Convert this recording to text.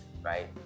Right